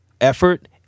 effort